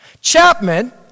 Chapman